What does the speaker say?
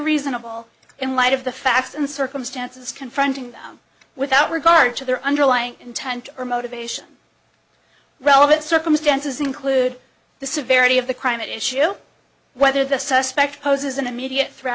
reasonable in light of the facts and circumstances confronting them without regard to their underlying intent or motivation relevant circumstances include the severity of the crime that issue whether the suspect poses an immediate threat